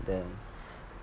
than